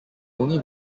only